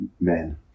men